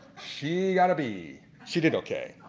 she got a b. she did okay.